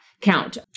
count